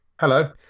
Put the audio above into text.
Hello